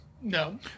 No